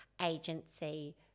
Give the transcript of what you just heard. agency